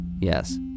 Yes